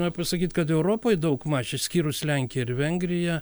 noriu pasakyt kad europoj daugmaž išskyrus lenkiją ir vengriją